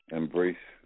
embrace